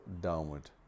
downward